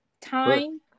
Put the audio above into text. time